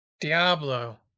diablo